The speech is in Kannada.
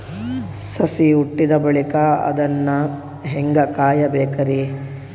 ಸಸಿ ಹುಟ್ಟಿದ ಬಳಿಕ ಅದನ್ನು ಹೇಂಗ ಕಾಯಬೇಕಿರಿ?